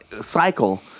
cycle